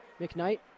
mcknight